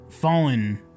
Fallen